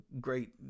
great